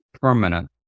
permanent